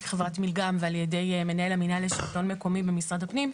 חברת מלגם ועל ידי מנהל המינהל לשלטון מקומי במשרד הפנים,